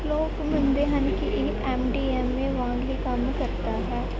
ਲੋਕ ਮੰਨਦੇ ਹਨ ਕਿ ਇਹ ਐਮ ਡੀ ਐਮ ਏ ਵਾਂਗ ਹੀ ਕੰਮ ਕਰਦਾ ਹੈ